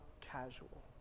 casual